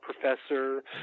professor